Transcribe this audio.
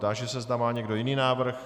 Táži se, zda má někdo jiný návrh.